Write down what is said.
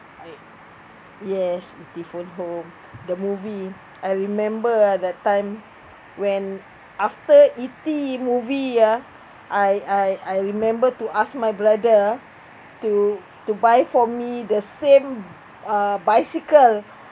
I yes different home the movie I remember ah that time when after E_T movie ah I I I remember to ask my brother ah to to buy for me the same uh bicycle